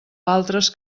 altres